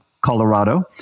Colorado